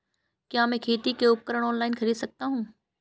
क्या मैं खेती के उपकरण ऑनलाइन खरीद सकता हूँ?